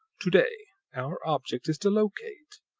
to-day, our object is to locate,